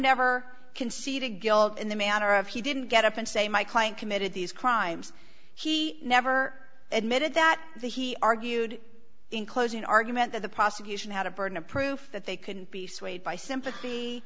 never conceded guilt in the manner of he didn't get up and say my client committed these crimes he never admitted that the he argued in closing argument that the prosecution had a burden of proof that they couldn't be swayed by sympathy